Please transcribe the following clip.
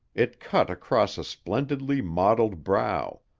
it cut across a splendidly modeled brow.